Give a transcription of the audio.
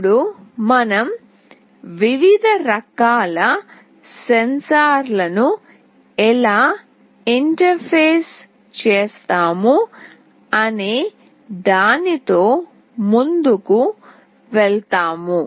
ఇప్పుడు మనం వివిధ రకాల సెన్సార్లను ఎలా ఇంటర్ఫేస్ చేస్తాము అనే దానితో ముందుకు వెళ్తాము